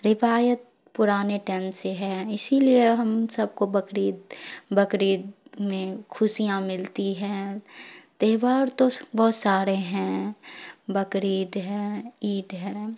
روایت پرانے ٹائم سے ہے اسی لیے ہم سب کو بقرید بقرید میں خوشیاں ملتی ہیں تہوار تو بہت سارے ہیں بقرید ہے عید ہے